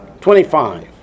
Twenty-five